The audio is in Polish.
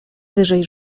wyżej